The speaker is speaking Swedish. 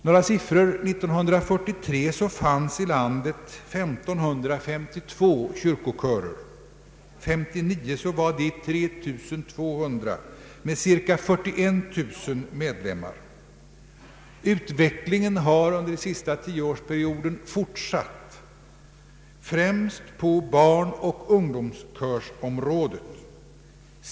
Några siffror: År 1943 fanns i landet 1552 kyrkokörer och år 1959 fanns det 3 200 med cirka 41 000 medlemmar. Utvecklingen har fortsatt un der den senaste tioårsperioden främst på barnoch ungdomskörsområdet.